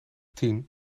tien